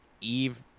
Eve